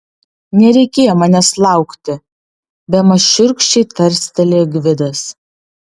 nereikėjo manęs laukti bemaž šiurkščiai tarstelėjo gvidas